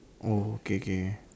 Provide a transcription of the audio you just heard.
oh K K